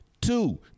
Two